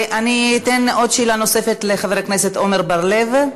אני אתן עוד שאלה נוספת לחבר הכנסת עמר בר-לב.